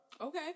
Okay